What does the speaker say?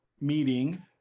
meeting